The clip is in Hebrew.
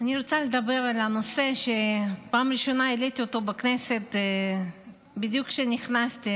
אני רוצה לדבר על נושא שהעליתי בפעם הראשונה בכנסת בדיוק כשנכנסתי,